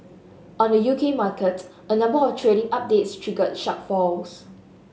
on the U K market a number of trading updates triggered sharp falls